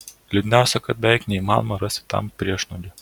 liūdniausia kad beveik neįmanoma rasti tam priešnuodžio